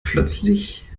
plötzlich